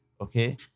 Okay